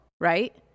right